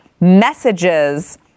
messages